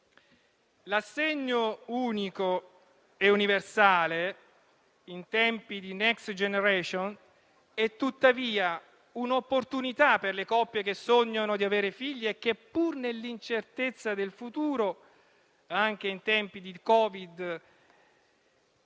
L'assegno unico e universale, in tempi di Next generation, è tuttavia un'opportunità per le coppie che sognano di avere figli e che pur nell'incertezza del futuro, anche in tempi di Covid,